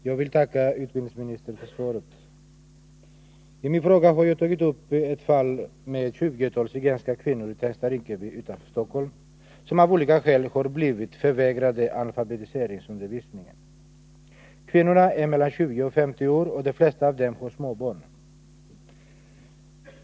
Herr talman! Jag vill tacka utbildningsministern för svaret. I min fråga har jag tagit upp ett fall med ett tjugotal zigenska kvinnor i Tensta och Rinkeby utanför Stockholm, som av olika skäl har blivit förvägrade alfabetiseringsundervisning. Kvinnorna är mellan 20 och 50 år, och de flesta av dem har småbarn.